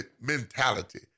mentality